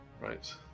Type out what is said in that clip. Right